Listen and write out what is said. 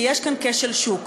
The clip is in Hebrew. כי יש כאן כשל שוק.